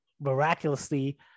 miraculously